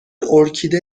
ارکیده